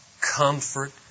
comfort